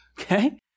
Okay